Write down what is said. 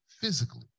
physically